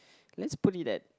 let's put it that